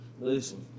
Listen